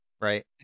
right